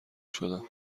شدم